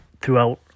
throughout